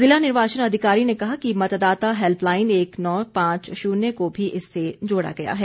जिला निर्वाचन अधिकारी ने कहा कि मतदाता हेल्पलाइन एक नौ पांच शून्य को भी इससे जोड़ा गया है